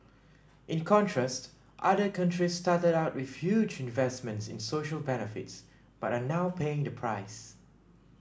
in contrast other countries started out with huge investments in social benefits but are now paying the price